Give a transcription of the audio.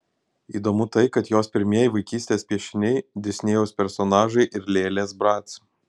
įdomu tai kad jos pirmieji vaikystės piešiniai disnėjaus personažai ir lėlės brac